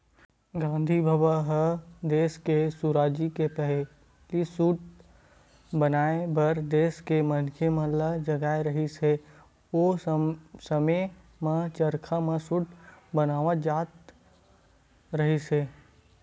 गांधी बबा ह देस के सुराजी के पहिली सूत बनाए बर देस के मनखे मन ल जगाए रिहिस हे, ओ समे म चरखा म सूत बनाए जावत रिहिस हे